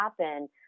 happen